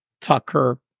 Tucker